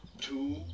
Two